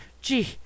Gee